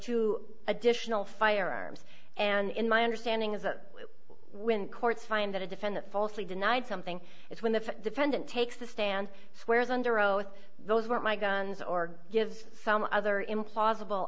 two additional firearms and in my understanding is that when courts find that a defendant falsely denied something it's when the fact defendant takes the stand swears under oath those were my guns or gives some other implausible